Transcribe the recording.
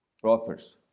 prophets